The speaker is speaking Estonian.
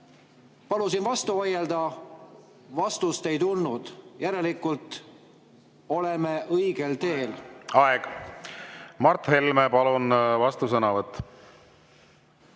Palusin vastu vaielda, vastust ei tulnud. Järelikult oleme õigel teel. Aeg! Mart Helme, palun, vastusõnavõtt!